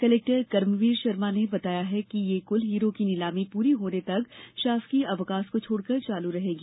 collector Karmveer Sharma ने बताया कि कुल हीरों की नीलामी पूर्ण होने तक शासकीय अवकाश को छोड़कर चालू रहेगा